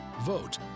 Vote